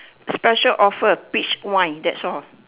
special offer peach wine that's all